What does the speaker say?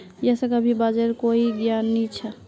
यशक अभी बाजारेर कोई ज्ञान नी छ